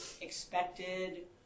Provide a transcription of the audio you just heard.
expected